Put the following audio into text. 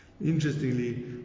Interestingly